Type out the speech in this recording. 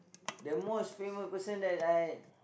the most famous person that I